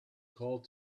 called